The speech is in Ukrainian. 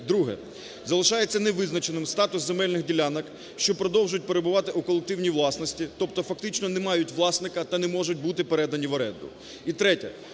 Друге. Залишається невизначеним статус земельних ділянок, що продовжують перебувати у колективній власності, тобто фактично не мають власника та не можуть бути передані в оренду. І третє.